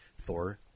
Thor